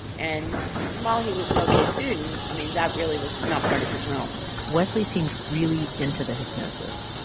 and while he was an ok student, i mean, that really was not part of his realm wesley seemed really into the hypnosis.